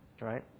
Right